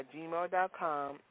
gmail.com